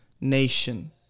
nation